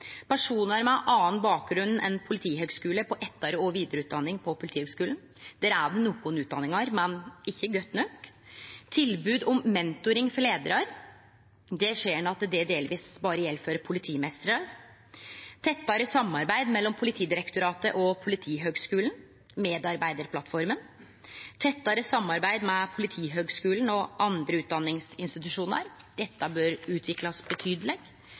personar med annan bakgrunn enn Politihøgskolen på etter- og vidareutdanning på Politihøgskolen – der er det nokre utdanningar, men det er ikkje godt nok tilbod om ei mentorordning for leiarar – der ser ein at det delvis berre gjeld for politimeistrar tettare samarbeid mellom Politidirektoratet og Politihøgskolen medarbeidarplattforma tettare samarbeid mellom Politihøgskolen og andre utdanningsinstitusjonar – dette bør utviklast betydeleg